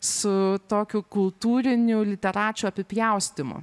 su tokiu kultūriniu literačių apipjaustymu